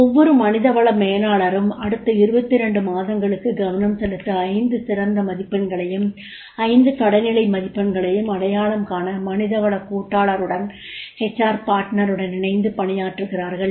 ஒவ்வொரு மனித வள மேலாளரும் அடுத்த 22 மாதங்களுக்கு கவனம் செலுத்த 5 சிறந்த மதிப்பெண்களையும் 5 கடைநிலை மதிப்பெண்களையும் அடையாளம் காண மனிதவளக் கூட்டாளருடன் இணைந்து பணியாற்றுகிறார்கள்